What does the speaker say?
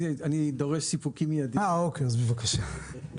בסדר, בבקשה.